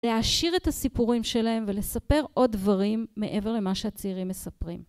להעשיר את הסיפורים שלהם ולספר עוד דברים מעבר למה שהצעירים מספרים.